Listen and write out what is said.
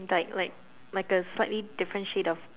like like like a slightly different shade of